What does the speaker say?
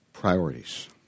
priorities